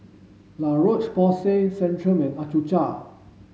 La Roche Porsay Centrum and Accucheck